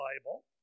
Bible